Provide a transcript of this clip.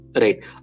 Right